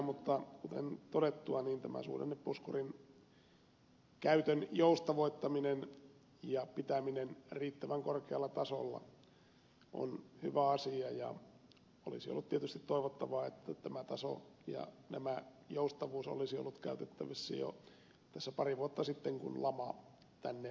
mutta kuten todettu tämä suhdannepuskurin käytön joustavoittaminen ja pitäminen riittävän korkealla tasolla on hyvä asia ja olisi ollut tietysti toivottavaa että tämä taso ja joustavuus olisi ollut käytettävissä jo tässä pari vuotta sitten kun lama tänne voimallisesti iski